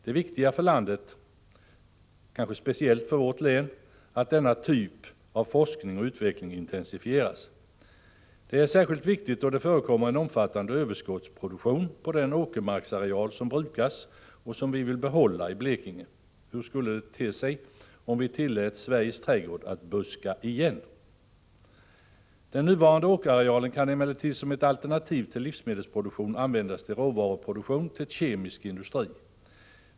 Det är viktigt för landet — och kanske speciellt för vårt län — att denna typ av forskning och utveckling intensifieras. Det är särskilt viktigt då det förekommer en omfattande överskottsproduktion på den åkermarksareal som brukas och som vi vill behålla i Blekinge. Hur skulle det te sig om vi tillät ”Sveriges trädgård” att buska igen? Den nuvarande åkerarealen kan emellertid som ett alternativ till livsmedelsproduktion användas till råvaruproduktion för kemisk industri.